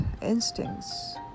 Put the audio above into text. instincts